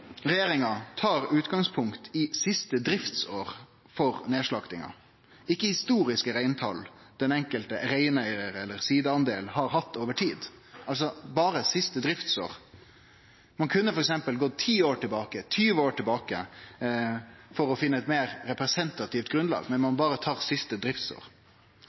Regjeringa tar utgangspunkt i siste driftsåret for nedslaktinga, ikkje i historiske reintal som den enkelte reineigar eller sidapart har hatt over tid, men altså berre i siste driftsåret. Ein kunne f.eks. gått 10 år tilbake, eller 20 år tilbake, for å finne eit meir representativt grunnlag, men ein tar berre siste